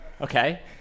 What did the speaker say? Okay